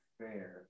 fair